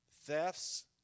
thefts